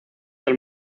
del